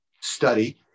Study